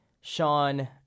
Sean